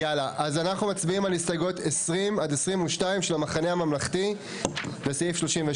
אנחנו נצביע על סעיף 39. מי בעד?